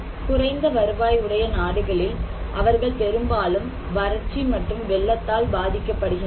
குறைந்த வருவாய் உடைய நாடுகளில் அவர்கள் பெரும்பாலும் வறட்சி மற்றும் வெள்ளத்தால் பாதிக்கப்படுகின்றனர்